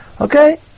Okay